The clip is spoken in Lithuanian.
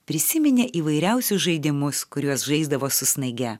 prisiminė įvairiausius žaidimus kuriuos žaisdavo su snaige